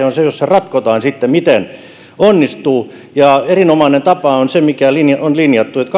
on se jossa ratkotaan se miten se onnistuu erinomainen tapa on se mikä on linjattu että